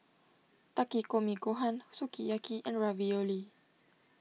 Takikomi Gohan Sukiyaki and Ravioli